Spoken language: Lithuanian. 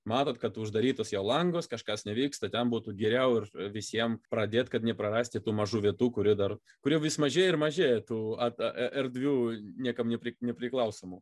matot kad uždarytus jau langus kažkas nevyksta ten būtų geriau ir visiem pradėt kad neprarasti tų mažų vietų kuri dar kurių vis mažėja ir mažėja tų erdvių niekam nepri nepriklausomų